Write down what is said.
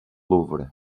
louvre